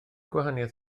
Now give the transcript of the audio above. gwahaniaeth